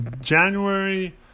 January